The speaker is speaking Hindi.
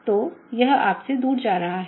तो यह आप से दूर जा रहा है